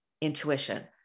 intuition